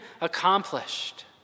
accomplished